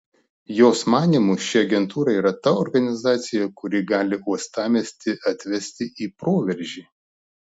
jos manymu ši agentūra yra ta organizacija kuri gali uostamiestį atvesti į proveržį